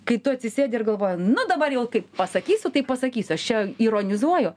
kai tu atsisėdi ir galvoji nu dabar jau kai pasakysiu tai pasakysiu aš čia ironizuoju